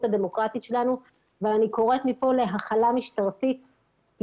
הדמוקרטית שלנו ואני קוראת מפה להכלה משטרתית.